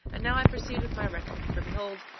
and now i proceed with my record for behold,